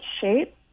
shape